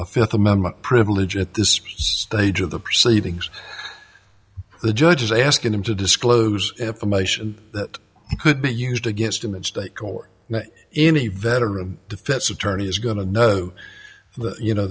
a fifth amendment privilege at this stage of the proceedings the judge is asking him to disclose information that could be used against him at stake or any veteran defense attorney is going to know that you know